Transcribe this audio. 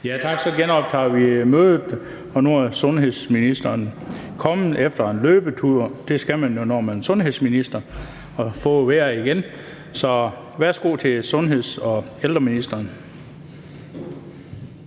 Bøgsted): Så genoptager vi mødet. Nu er sundhedsministeren ankommet efter en løbetur – løbe skal man jo, når man er sundhedsminister – og har fået vejret igen, så værsgo til sundheds- og ældreministeren.